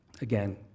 Again